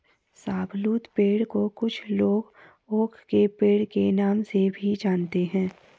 शाहबलूत पेड़ को कुछ लोग ओक के पेड़ के नाम से भी जानते है